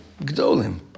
Gdolim